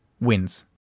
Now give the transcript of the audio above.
wins